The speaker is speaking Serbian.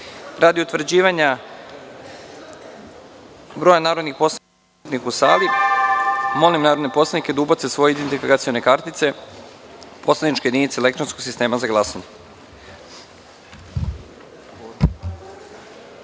utvrđivanja broja narodnih poslanika prisutnih u sali, molim narodne poslanike da ubace svoje identifikacione kartice u poslaničke jedinice elektronskog sistema za